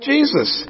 Jesus